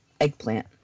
eggplant